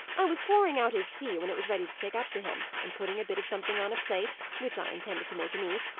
i was pouring out his tea when it was ready to take up to him, and putting a bit of something on a plate, which i intended to make him eat,